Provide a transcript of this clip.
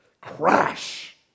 Crash